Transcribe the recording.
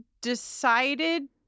decided